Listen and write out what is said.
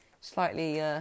slightly